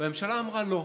והממשלה אמרה לא,